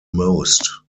most